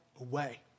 away